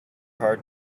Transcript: hard